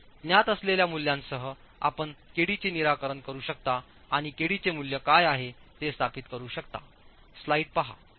ज्ञात असलेल्या मूल्यांसह आपण kd चे निराकरण करू शकता आणि kd चे मूल्य काय आहे ते स्थापित करू शकता